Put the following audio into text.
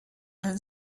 and